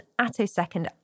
attosecond